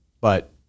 But-